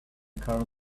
current